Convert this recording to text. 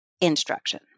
instruction